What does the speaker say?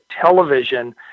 television